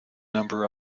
number